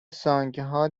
سانگها